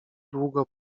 długo